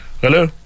Hello